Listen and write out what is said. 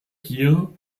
hier